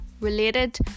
related